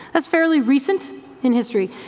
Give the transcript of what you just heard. that's fairly recent in history.